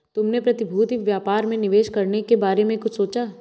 तुमने प्रतिभूति व्यापार में निवेश करने के बारे में कुछ सोचा?